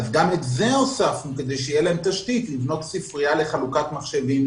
גם את זה הוספנו כדי שתהיה להם תשתית לבנות ספרייה לחלוקת מחשבים,